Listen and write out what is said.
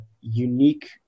unique